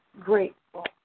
grateful